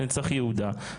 נצח יהודה,